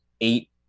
eight